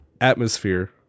atmosphere